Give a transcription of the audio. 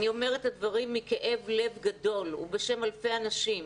אני אומר את הדברים מכאב לב גדול ובשם אלפי אנשים.